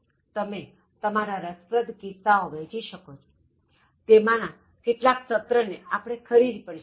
તમે તમારા રસપ્રદ કિસ્સાઓ વહેંચી શકોતેમના કેટલાક સત્ર ને આપણે ખરીદી શકીએ